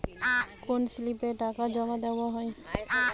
কোন স্লিপে টাকা জমাদেওয়া হয়?